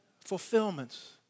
fulfillments